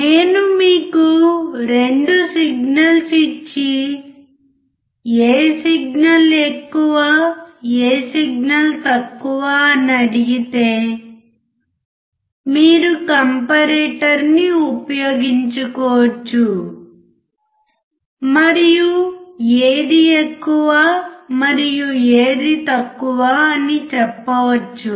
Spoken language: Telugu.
నేను మీకు 2 సిగ్నల్స్ ఇచ్చి ఏ సిగ్నల్ ఎక్కువ ఏ సిగ్నల్ తక్కువ అని అడిగితే మీరు కంపారిటర్ని ఉపయోగించుకోవచ్చు మరియు ఏది ఎక్కువ మరియు ఏది తక్కువ అని చెప్పవచ్చు